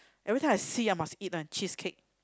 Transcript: every time I see ah must eat [one] cheesecake